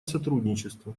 сотрудничества